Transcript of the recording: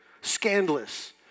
Scandalous